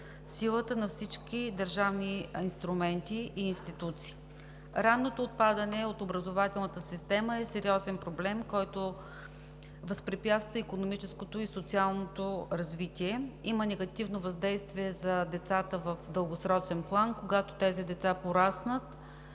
силата на всички държавни инструменти и институции. Ранното отпадане от образователната система е сериозен проблем, който възпрепятства икономическото и социалното развитие, има негативно въздействие върху децата в дългосрочен план. Когато те пораснат